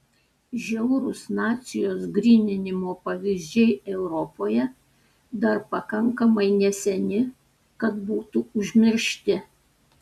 žiaurūs nacijos gryninimo pavyzdžiai europoje dar pakankamai neseni kad būtų užmiršti